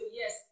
yes